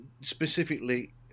specifically